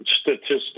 statistics